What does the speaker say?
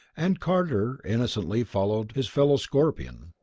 and carter innocently followed his fellow scorpion.